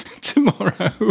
tomorrow